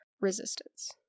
resistance